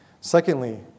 Secondly